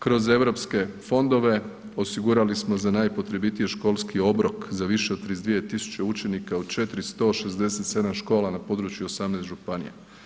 Kroz europske fondove osigurali smo za najpotrebitije školski obrok za više od 32 tisuće učenika u 467 škola na području 18 županija.